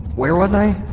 where was i?